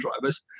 drivers